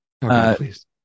please